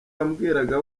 yambwiraga